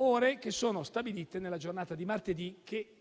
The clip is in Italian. ore stabilite nella giornata di martedì, che